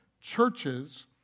churches